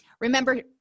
remember